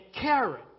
carrot